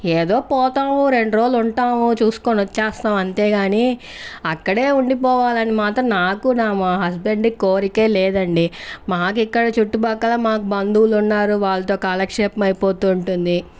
ఏదో పోతాం ఓ రెండ్రోజులు ఉంటాం చూసుకుని వచ్చేస్తాం అంతేగాని అక్కడే ఉండిపోవాలని మాత్రం నాకు నా మా హస్బెండుకి కొరికే లేదండి మాకిక్కడ చుట్టుప్రక్కల మాకు బంధువులు ఉన్నారు వాళ్లతో కాలక్షేపం అయిపోతుంటుంది